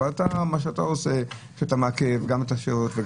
אבל מה שאתה עושה זה לעכב גם את --- וגם